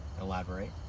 Elaborate